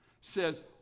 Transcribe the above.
says